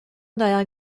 derrière